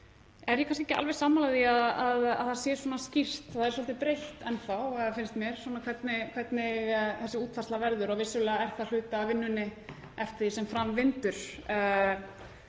er ég kannski ekki alveg sammála því að það sé svona skýrt, þetta er svolítið breitt enn þá, finnst mér, hvernig þessi útfærsla verður og vissulega er það hluti af vinnunni eftir því sem fram vindur